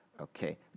Okay